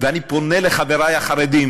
אני פונה לחברי החרדים: